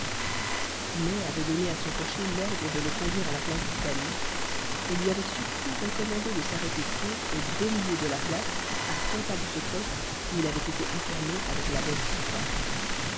mai avait donné à son cocher l'ordre de le conduire à la place d'italie et lui avait surtout recommandé de s'arrêter court au beau milieu de la place à cent pas de ce poste où il avait été enfermé avec la veuve chupin